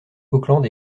auckland